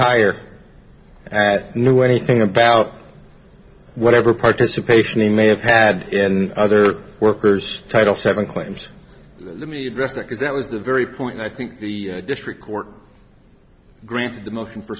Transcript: hire at knew anything about whatever participation in may have had in other workers title seven claims let me address that is that was the very point i think the district court granted the motion for